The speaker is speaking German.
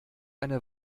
eine